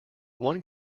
one